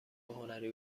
هنری